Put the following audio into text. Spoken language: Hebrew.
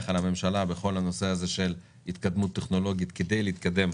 על הממשלה בכל הנושא הזה של התקדמות טכנולוגית כדי להתקדם